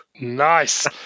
Nice